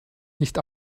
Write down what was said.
nicht